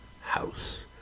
house